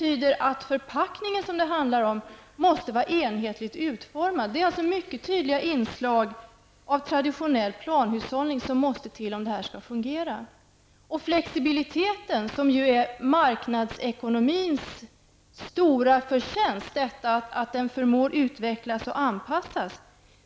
Förpackningen i fråga måste vara enhetligt utformad. Det måste därför till mycket tydliga inslag av traditionell planhushållning för att detta skall fungera. Flexibiliteten, förmågan att utvecklas och anpassas, är ju marknadsekonomins stora förtjänst.